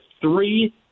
three